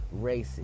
racist